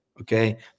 Okay